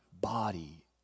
body